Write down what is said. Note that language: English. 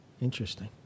Interesting